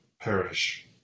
perish